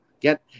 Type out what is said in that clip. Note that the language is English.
Get